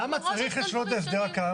למה צריך לשנות את ההסדר הקיים?